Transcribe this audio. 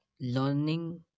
learning